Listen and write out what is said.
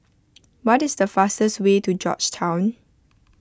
what is the fastest way to Georgetown